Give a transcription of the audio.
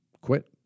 quit